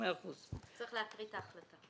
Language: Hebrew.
צריך להקריא את ההחלטה.